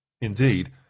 indeed